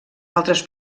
altres